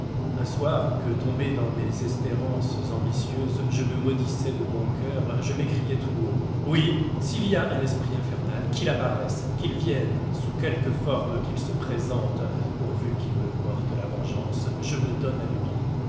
un soir que trompé dans mes espérances ambitieuses je me maudissais de bon coeur je m'écriai tout haut oui s'il y a un esprit infernal qu'il apparaisse qu'il vienne sous quelque forme qu'il se présente pourvu qu'il me porte la vengeance je me donne à lui